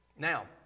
Now